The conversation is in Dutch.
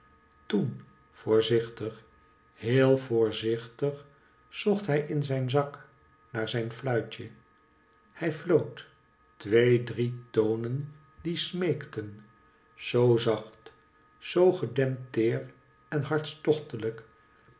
toen voorzichtig heel voorzichtig zocht hij in zijn zak naar zijn fluitje hij floot twee drie tonen die smeekten zoo zacht zoo gedempt teer en